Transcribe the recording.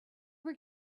were